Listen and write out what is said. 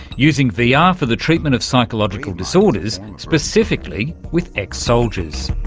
using vr yeah ah for the treatment of psychological disorders, specifically with ex-soldiers.